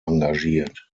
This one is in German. engagiert